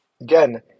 Again